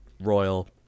Royal